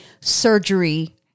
surgery